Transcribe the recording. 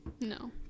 no